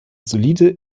solide